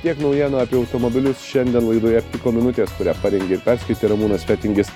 tiek naujienų apie automobilius šiandien laidoje piko minutės kurią parengė ir perskaitė ramūnas fetingis